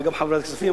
וגם חבר בוועדת כספים,